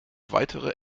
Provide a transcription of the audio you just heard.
weitere